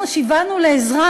אנחנו שיווענו לעזרה,